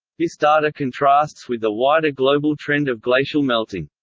this data contrasts with the wider global trend of glacial melting.